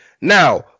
Now